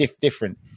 different